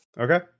Okay